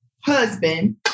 husband